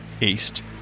east